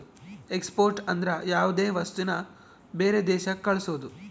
export ಅಂದ್ರ ಯಾವ್ದೇ ವಸ್ತುನ ಬೇರೆ ದೇಶಕ್ ಕಳ್ಸೋದು